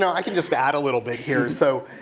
i can just add a little bit here. so,